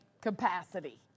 capacity